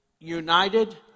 United